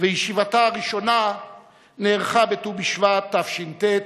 וישיבתה הראשונה נערכה בט"ו בשבט התש"ט,